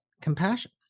compassion